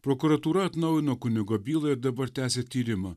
prokuratūra atnaujino kunigo bylą ir dabar tęsia tyrimą